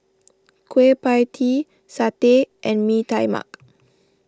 Kueh Pie Tee Satay and Mee Tai Mak